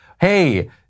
Hey